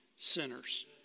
Sinners